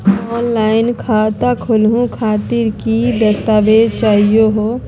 Offline खाता खोलहु खातिर की की दस्तावेज चाहीयो हो?